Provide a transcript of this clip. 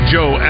Joe